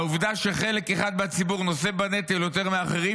העובדה שחלק אחד בציבור נושא בנטל יותר מאחרים